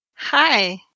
Hi